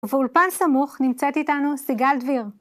ואולפן סמוך נמצאת איתנו, סיגל דביר.